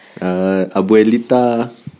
Abuelita